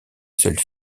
seul